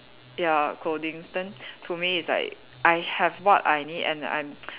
ya clothings then to me it's like I have what I need and I'm